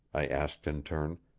i asked in turn.